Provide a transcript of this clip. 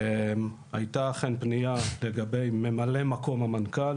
הייתה אכן פנייה לגבי ממלא מקום המנכ"ל